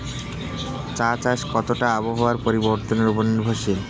চা চাষ কতটা আবহাওয়ার পরিবর্তন উপর নির্ভরশীল?